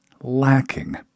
lacking